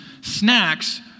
snacks